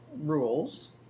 rules